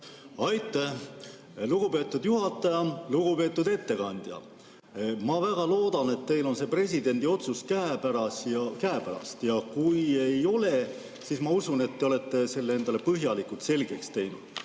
Aitäh, lugupeetud juhataja! Lugupeetud ettekandja! Ma väga loodan, et teil on see presidendi otsus käepärast. Ja kui ei ole, siis ma usun, et te olete selle endale põhjalikult selgeks teinud.